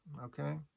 okay